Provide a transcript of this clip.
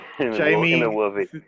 Jamie